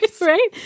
right